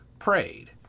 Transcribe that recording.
prayed